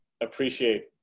appreciate